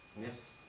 yes